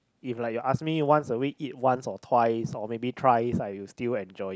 if like you ask me once a week eat once or twice or maybe twice I will still enjoy it